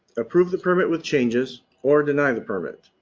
approve the permit with changes, or deny the permit.